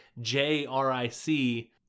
J-R-I-C